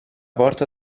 porta